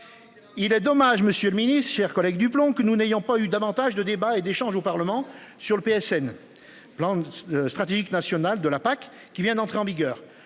Il est dommage Monsieur le Ministre, chers collègues du plomb que nous n'ayant pas eu davantage de débats et d'échanges au Parlement sur le PSN. Plan stratégique national de la PAC qui vient d'entrer en vigueur.